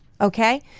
Okay